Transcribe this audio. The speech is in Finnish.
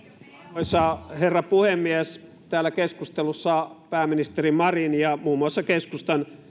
arvoisa herra puhemies täällä keskustelussa pääministeri marin ja muun muassa keskustan